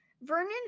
Vernon